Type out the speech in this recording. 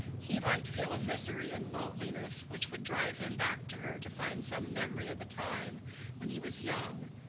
he might feel a misery and loneliness which would drive him back to her to find some memory of a time when he was young,